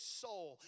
soul